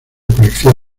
colección